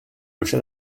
hocha